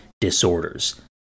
disorders